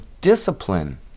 discipline